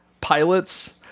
pilots